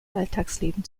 alltagsleben